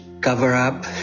cover-up